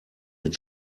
mit